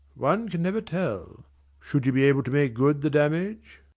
one can never tell should you be able to make good the damage?